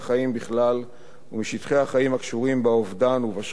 ומשטחי החיים הקשורים לאובדן ולשכול בפרט.